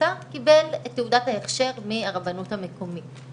מוצר קיבל את תעודת ההכשר מהרבנות המקומית.